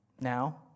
now